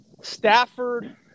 Stafford